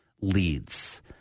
leads